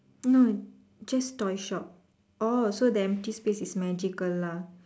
no just toy shop orh so the empty space is magical lah